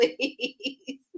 please